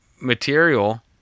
material